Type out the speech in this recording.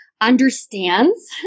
understands